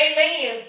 Amen